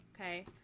Okay